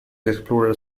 explorer